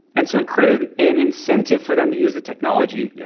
and so it created an incentive for them to use the technology, yeah